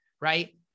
right